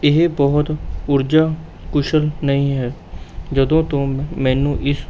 ਇਹ ਬਹੁਤ ਊਰਜਾ ਕੁਸ਼ਲ ਨਹੀਂ ਹੈ ਜਦੋਂ ਤੋਂ ਮੈਨੂੰ ਇਸ